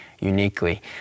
uniquely